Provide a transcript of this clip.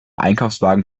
einkaufswagen